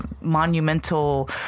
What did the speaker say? monumental